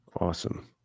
Awesome